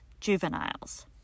juveniles